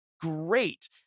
great